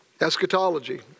Eschatology